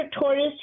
tortoise